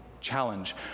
challenge